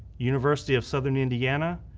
university of southern indiana,